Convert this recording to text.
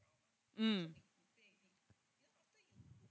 mm